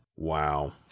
Wow